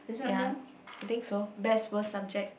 ya I think so best worst subject